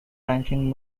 ranking